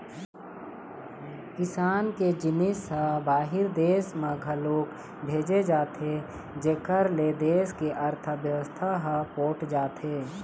किसान के जिनिस ह बाहिर देस म घलोक भेजे जाथे जेखर ले देस के अर्थबेवस्था ह पोठ होथे